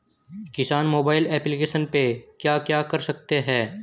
किसान mobile application पे क्या क्या कर सकते हैं?